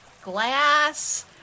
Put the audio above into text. glass